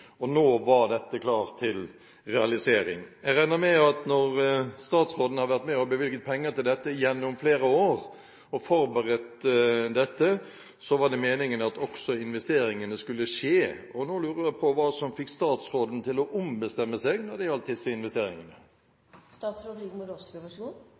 IKT-strategi. Nå var dette klart til realisering. Jeg regner med at når statsråden har vært med og bevilget penger til dette gjennom flere år og forberedt dette, var det meningen at også investeringene skulle skje. Nå lurer jeg på hva som fikk statsråden til å ombestemme seg når det gjaldt disse